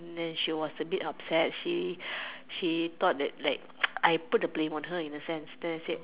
then she was a bit upset she she thought that I I put the blame on her in a sense then I said